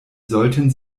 sollten